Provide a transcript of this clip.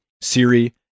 Siri